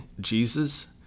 Jesus